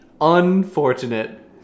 Unfortunate